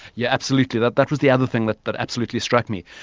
yeah absolutely, that that was the other thing that that absolutely struck me.